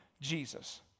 Jesus